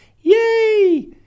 yay